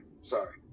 sorry